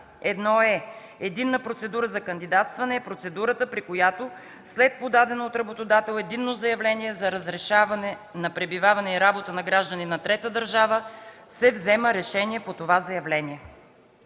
1е. „Единна процедура за кандидатстване” – е процедурата, при която след подадено от работодател единно заявление за разрешаване на пребиваване и работа на гражданин на трета държава се взема решение по това заявление.”